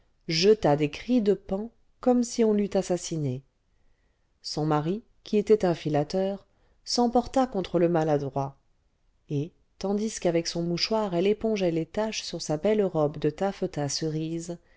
jeta des cris de paon comme si on l'eût assassinée son mari qui était un filateur s'emporta contre le maladroit et tandis qu'avec son mouchoir elle épongeait les taches sur sa belle robe de taffetas cerise